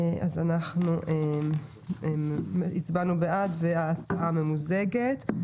אנחנו הצבענו בעד וההצעה ממוזגת.